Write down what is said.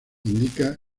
indica